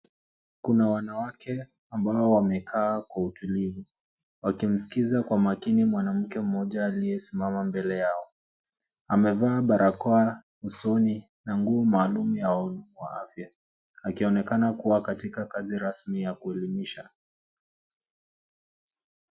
Kuna wanawake ambao wamekaa kwa utulivu wakimskiza kwa makini mwanamke mmoja aliyesimama mbele yao. Amevaa barakoa usoni na nguo maalum ya wahudumu wa afya akionekana kuwa katika kazi rasmi ya kuelimisha.